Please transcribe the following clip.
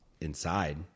inside